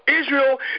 Israel